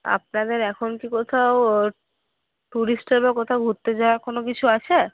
আপনাদের এখন কি কোথাও ট্যুরিস্টে বা কোথাও ঘুরতে যাওয়ার কোনো কিছু আছে